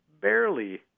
barely